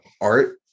art